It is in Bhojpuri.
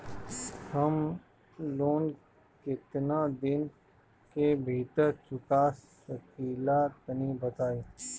हम लोन केतना दिन के भीतर चुका सकिला तनि बताईं?